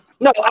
No